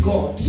God